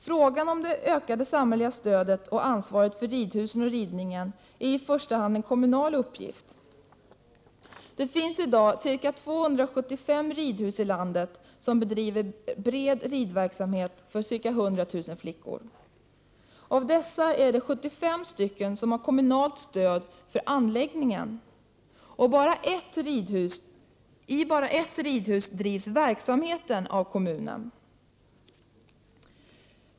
Frågan om ett ökat samhälleligt stöd och ansvar för ridhusen och ridningen är i första hand en kommunal uppgift. Det finns i dag ca 275 ridhus i landet som bedriver bred ridverksamhet för ca 100 000 flickor. Av dem är det 75 stycken som har kommunalt stöd och i bara ett ridhus bedrivs verksamheten helt av kommunen.